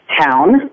town